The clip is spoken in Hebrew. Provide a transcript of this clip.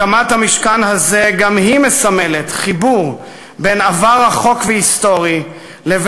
הקמת המשכן הזה גם היא מסמלת חיבור של עבר היסטורי רחוק